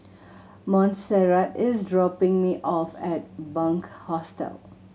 Monserrat is dropping me off at Bunc Hostel